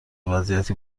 وضعیتی